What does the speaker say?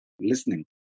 listening